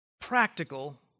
practical